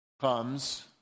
comes